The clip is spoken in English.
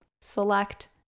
select